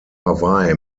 hawaii